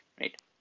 right